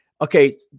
Okay